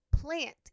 plant